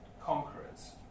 conquerors